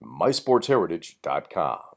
MySportsHeritage.com